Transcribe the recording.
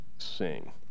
sing